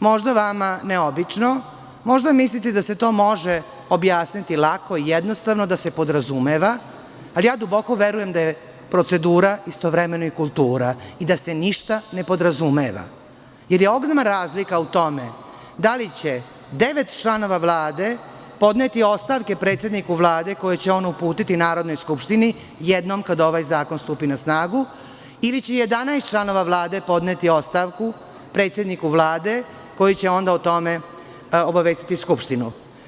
možda vama neobično, možda mislite da se to može objasniti lako i jednostavno, da se podrazumeva, ali ja duboko verujem da je procedura istovremeno i kultura i da se ništa ne podrazumeva, jer je ogromna razlika u tome da li će devet članova Vlade podneti ostavke predsedniku Vlade, koje će on uputiti Narodnoj skupštini, jednom kad ovaj zakon stupi na snagu ili će 11 članova Vlade podneti ostavku predsedniku Vlade, koji će onda o tome obavestiti Skupštinu?